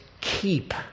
keep